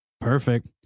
Perfect